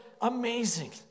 amazing